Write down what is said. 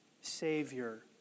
Savior